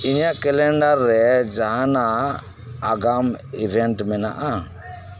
ᱤᱧᱟᱜ ᱠᱮᱞᱮᱱᱰᱟᱨ ᱨᱮ ᱡᱟᱦᱟᱱᱟᱜ ᱟᱜᱟᱢ ᱤᱵᱷᱮᱱᱴ ᱢᱮᱱᱟᱜᱼᱟ